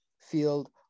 field